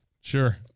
sure